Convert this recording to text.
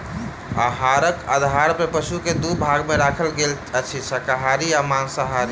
आहारक आधार पर पशु के दू भाग मे राखल गेल अछि, शाकाहारी आ मांसाहारी